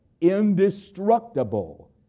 indestructible